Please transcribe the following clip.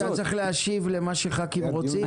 חיים, אתה צריך להשיב למה שח"כים רוצים.